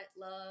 Love